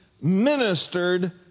ministered